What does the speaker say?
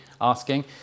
asking